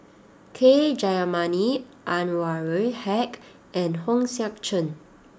K Jayamani Anwarul Haque and Hong Sek Chern